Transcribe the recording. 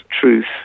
truth